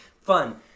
Fun